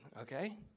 okay